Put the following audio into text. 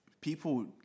people